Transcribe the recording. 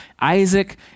Isaac